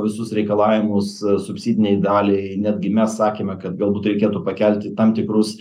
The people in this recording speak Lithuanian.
visus reikalavimus subsidinei daliai netgi mes sakėme kad galbūt reikėtų pakelti tam tikrus